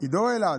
גדעון או אלעד?